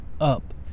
up